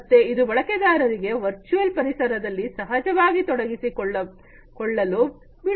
ಮತ್ತೆ ಇದು ಬಳಕೆದಾರರಿಗೆ ವರ್ಚುಯಲ್ ಪರಿಸರದಲ್ಲಿ ಸಹಜವಾಗಿ ತೊಡಗಿಕೊಳ್ಳಲು ಬಿಡುತ್ತದೆ